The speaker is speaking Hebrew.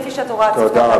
כפי שהתורה ציוותה,